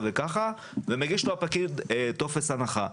הנחה, והפקיד מגיש לו טופס הנחה.